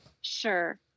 sure